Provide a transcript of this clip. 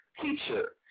Teacher